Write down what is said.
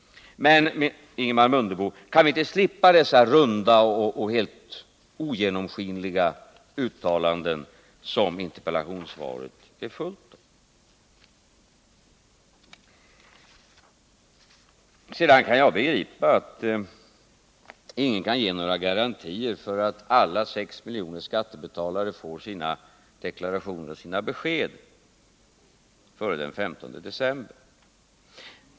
Men, Ingemar Mundebo, kan vi inte slippa dessa runda och helt ogenomskinliga uttalanden som interpellationssvaret är fullt av? Sedan kan jag naturligtvis begripa att ingen kan ge några garantier för att alla sex miljonerna skattebetalare kommer att få sina deklarationer och sina besked före den 15 december.